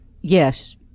Yes